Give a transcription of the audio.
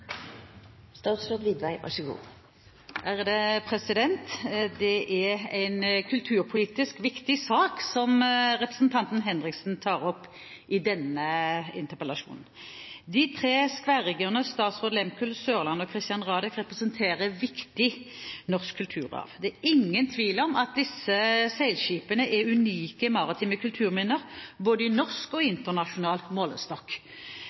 en kulturpolitisk viktig sak representanten Kari Henriksen tar opp i denne interpellasjonen. De tre skværriggerne «Statsraad Lehmkuhl», «Sørlandet» og «Christian Radich» representerer viktig norsk kulturarv. Det er ingen tvil om at disse seilskipene er unike maritime kulturminner både i norsk og internasjonal målestokk.